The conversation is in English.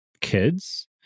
kids